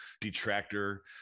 detractor